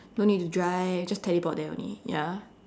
no need to drive just teleport there only ya